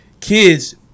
kids